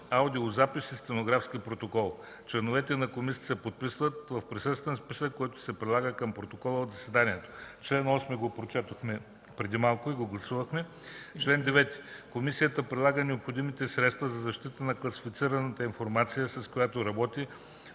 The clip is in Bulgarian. аудиозапис и стенографски протокол. Членовете на Комисията се подписват в присъствен списък, който се прилага към протокола от заседанието.“ Член 8 го прочетох преди малко и го гласувахме. „Чл. 9. Комисията прилага необходимите средства за защита на класифицираната информация, с която работи,